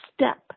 step